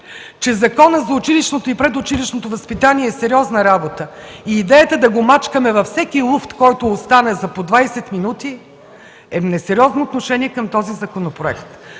че Законът за предучилищното и училищното образование е сериозна работа и идеята да го мачкаме във всеки луфт, който остане – за по двадесет минути, е несериозно отношение към този законопроект.